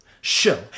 Show